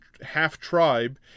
half-tribe